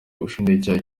ubushinjacyaha